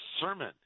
sermon